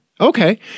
Okay